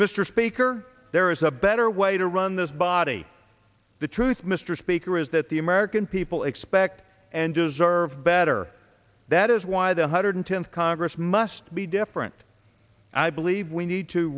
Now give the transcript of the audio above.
mr speaker there is a better way to run this body the truth mr speaker is that the american people expect and deserve better that is why the one hundred tenth congress must be different i believe we need to